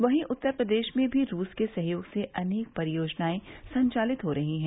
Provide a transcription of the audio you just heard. वहीं उत्तर प्रदेश में भी रूस के सहयोग से अनेक परियोजनायें संचालित हो रही हैं